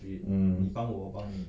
hmm